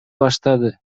башташты